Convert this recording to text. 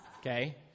Okay